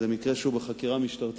זהו מקרה שהוא בחקירה משטרתית,